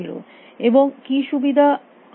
এবং কী সুবিধা আমরা পাচ্ছি